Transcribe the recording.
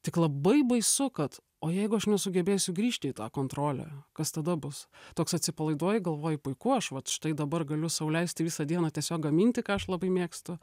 tik labai baisu kad o jeigu aš nesugebėsiu grįžti į tą kontrolę kas tada bus toks atsipalaiduoji galvoji puiku aš vat štai dabar galiu sau leisti visą dieną tiesiog gaminti ką aš labai mėgstu